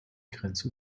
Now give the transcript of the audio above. grenze